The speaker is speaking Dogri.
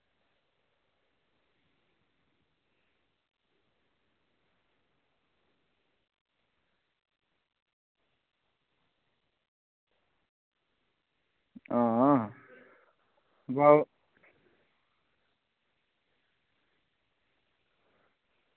हां ओह्